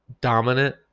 dominant